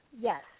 Yes